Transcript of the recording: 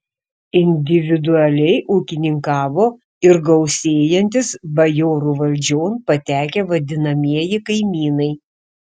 individualiai ūkininkavo ir gausėjantys bajorų valdžion patekę vadinamieji kaimynai